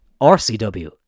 RCW